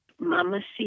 mamacita